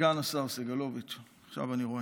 סגן השר סגלוביץ', עכשיו אני רואה,